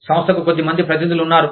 సంస్థకు కొద్దిమంది ప్రతినిధులు ఉన్నారు